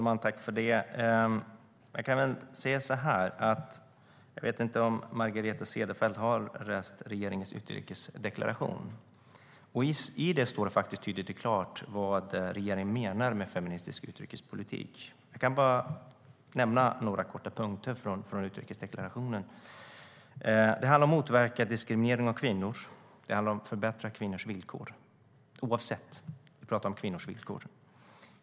Herr talman! Jag vet inte om Margareta Cederfelt har läst regeringens utrikesdeklaration. I den står det faktiskt tydligt och klart vad regeringen menar med feministisk utrikespolitik. Jag kan bara nämna några korta punkter från utrikesdeklarationen. Det handlar om att motverka diskriminering av kvinnor. Det handlar om att förbättra kvinnors villkor - vi pratar om kvinnors villkor.